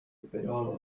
perol